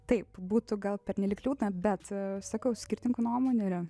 taip būtų gal pernelyg liūdna bet sakau skirtingų nuomonių yra